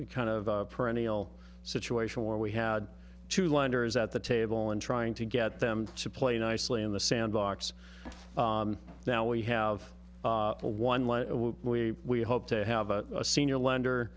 was kind of a perennial situation where we had two lenders at the table and trying to get them to play nicely in the sandbox now we have a one line we hope to have a senior lender